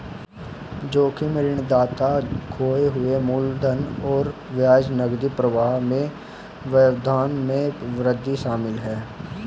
जोखिम ऋणदाता खोए हुए मूलधन और ब्याज नकदी प्रवाह में व्यवधान में वृद्धि शामिल है